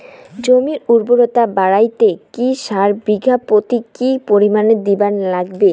জমির উর্বরতা বাড়াইতে কি সার বিঘা প্রতি কি পরিমাণে দিবার লাগবে?